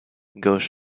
goes